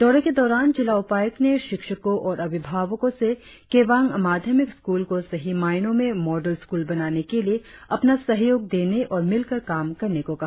दौरे के दौरान जिला उपायुक्त ने शिक्षको और अभिभावको से केबांग माध्यमिक स्कूल को सही मायनों में मॉडल स्कूल बनाने के लिए अपना सहयोग देने और मिलकर काम करने को कहा